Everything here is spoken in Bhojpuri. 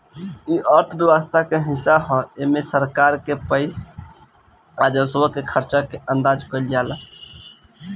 इ अर्थव्यवस्था के हिस्सा ह एमे सरकार के पास के राजस्व के खर्चा के अंदाज कईल जाला